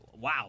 wow